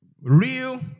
real